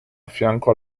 affianco